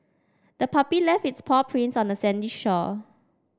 the puppy left its paw prints on the sandy shore